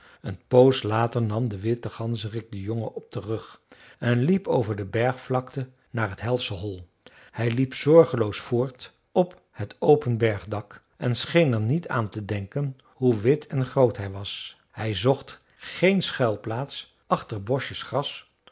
een poos later nam de witte ganzerik den jongen op den rug en liep over de bergvlakte naar het helsche hol hij liep zorgeloos voort op het open bergdak en scheen er niet aan te denken hoe wit en groot hij was hij zocht geen schuilplaats achter bosjes gras